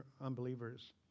unbelievers